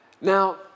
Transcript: Now